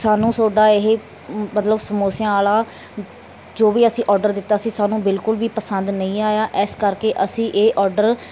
ਸਾਨੂੰ ਤੁਹਾਡਾ ਇਹ ਮਤਲਬ ਸਮੋਸਿਆਂ ਵਾਲਾ ਜੋ ਵੀ ਅਸੀਂ ਔਡਰ ਦਿੱਤਾ ਸੀ ਸਾਨੂੰ ਬਿਲਕੁਲ ਵੀ ਪਸੰਦ ਨਹੀਂ ਆਇਆ ਇਸ ਕਰਕੇ ਅਸੀਂ ਇਹ ਔਡਰ